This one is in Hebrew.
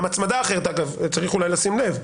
גם הצמדה אחרת, צריך אולי לשים לב,